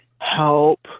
help